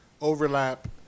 overlap